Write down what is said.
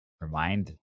remind